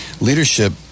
leadership